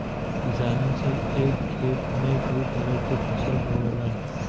किसान सभ एक खेत में कई तरह के फसल बोवलन